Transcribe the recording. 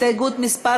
הסתייגות מס'